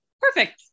Perfect